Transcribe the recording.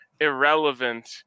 irrelevant